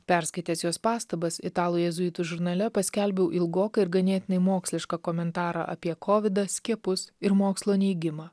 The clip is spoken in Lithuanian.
perskaitęs jos pastabas italų jėzuitų žurnale paskelbiau ilgoką ir ganėtinai mokslišką komentarą apie kovidą skiepus ir mokslo neigimą